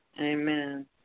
Amen